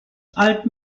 alt